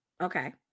Okay